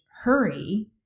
hurry